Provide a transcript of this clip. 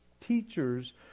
teachers